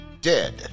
dead